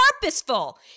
purposeful